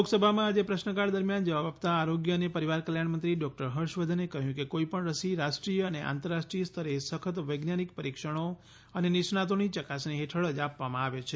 લોકસભામાં આજે પ્રશ્નકાળ દરમિયાન જવાબ આપતાં આરોગ્ય અને પરિવાર કલ્યાણ મંત્રી ડોક્ટર હર્ષવર્ધને કહ્યું કે કોઈપણ રસી રાષ્ટ્રીય અને આંતરરાષ્ટ્રીય સ્તરે સખત વૈજ્ઞાનિક પરીક્ષણો અને નિષ્ણાતોની ચકાસણી હેઠળ જ આપવામાં આવે છે